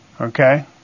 okay